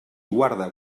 guarda